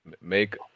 Make